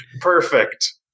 Perfect